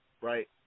right